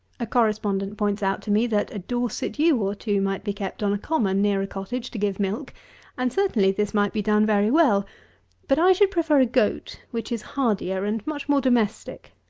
a correspondent points out to me, that a dorset ewe or two might be kept on a common near a cottage to give milk and certainly this might be done very well but i should prefer a goat, which is hardier and much more domestic.